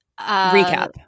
recap